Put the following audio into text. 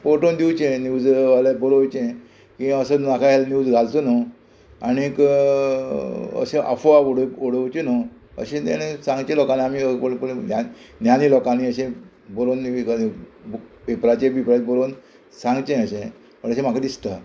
पोटोवन दिवचे न्यूज वाल्याक बरोवचें की असो नाका जाल्लो न्यूज घालचो न्हू आणीक अशें आफवा उडोवचे न्हू अशें तेणें सांगचे लोकांनी आमी पळय ज्ञानी लोकांनी अशें बरोवन पेपराचेर बिपराचेर बरोवन सांगचें अशें अशें म्हाका दिसता